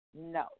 no